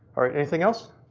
all right, anything else?